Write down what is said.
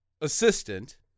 assistant